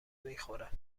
میخوره